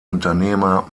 unternehmer